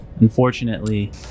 Unfortunately